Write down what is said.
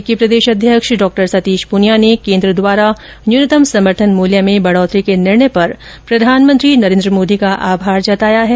भारतीय जनता पार्टी के प्रदेश अध्यक्ष डॉ सतीश पूनिया ने केन्द्र द्वारा न्यूनतम समर्थन मूल्य में बढोतरी के निर्णय पर प्रधानमंत्री नरेन्द्र मोदी का आभार जताया है